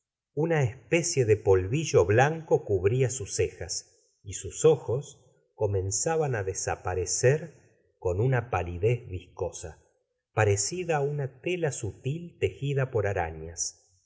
una especie de la señora de bovary gustavo flaubert polvillo blanco cubría sus cejas y sus ojos comenzaban á desaparecer con una palidez viscosa parecida á una tela sutil tejida por arañas